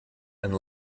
and